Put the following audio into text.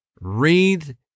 read